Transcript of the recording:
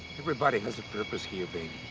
everybody has a purpose here, babe.